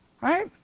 Right